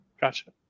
Gotcha